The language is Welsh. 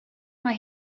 mae